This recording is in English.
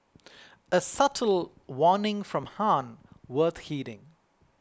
a subtle warning from Han worth heeding